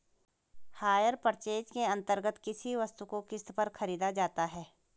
higher purchase के अंतर्गत किसी वस्तु को किस्त पर खरीदा जाता है